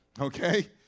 Okay